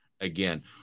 again